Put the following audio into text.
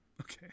okay